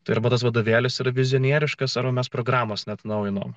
tai arba tas vadovėlis yra vizionieriškas ar mes programos neatnaujinome